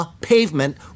pavement